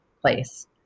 place